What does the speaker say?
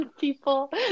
people